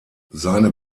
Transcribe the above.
seine